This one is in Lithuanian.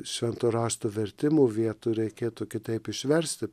švento rašto vertimų vietų reikėtų kitaip išversti